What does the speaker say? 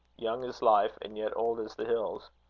young as life, and yet old as the hills.